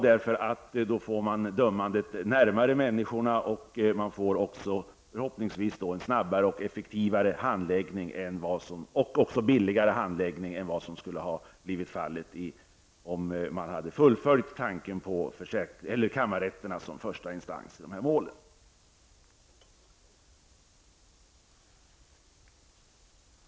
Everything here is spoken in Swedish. Därmed kommer dömandet närmare människorna, och det blir förhoppningsvis en snabbare, effektivare och billigare handläggning än om man hade fullföljt tanken på kammarrätterna som första instans i dessa mål.